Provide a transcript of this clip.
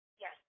Yes